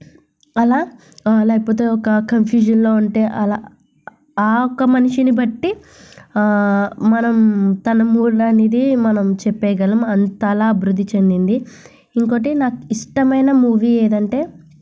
అలా లేకపోతే ఒక కన్ఫ్యూజన్లో ఉంటే అలా ఆ ఒక్క మనిషిని బట్టి మనం తన మూడ్ అనేది మనం చెప్పగలం అంతగా అభివృద్ధి చెందింది ఇంకొటి నాకు ఇష్టమైన మూవీ ఏంటంటే